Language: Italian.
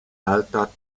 alta